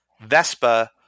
Vespa